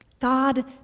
God